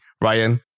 Ryan